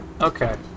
Okay